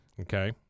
Okay